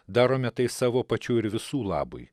darome tai savo pačių ir visų labui